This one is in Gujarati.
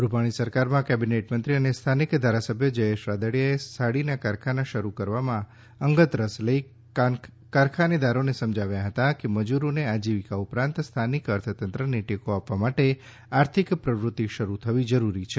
રુપાણી સરકાર માં કેબિનેટ મંત્રી અને સ્થાનિક ધારાસભ્ય જયેશ રાદડીયા એ સાડી ના કારખાના શરૂ કરવા માં અંગત રસ લઈ કારખાનેદારો ને સમજાવ્યા હત્તા કે મજૂરો ને આજીવિકા ઉપરાંત સ્થાનિક અર્થતંત્ર ને ટેકો આપવા માટે આર્થિક પ્રવૃતી શરૂ થવી જરૂરી છે